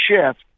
shift